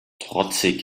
trotzig